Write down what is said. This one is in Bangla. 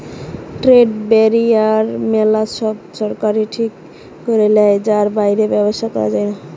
ট্রেড ব্যারিয়ার মেলা সময় সরকার ঠিক করে লেয় যার বাইরে ব্যবসা করা যায়না